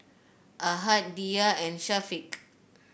Ahad Dhia and Syafiq